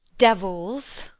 devils